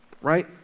Right